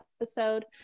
episode